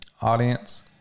audience